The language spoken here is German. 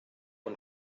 und